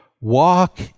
Walk